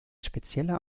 spezieller